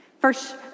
First